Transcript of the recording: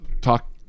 talk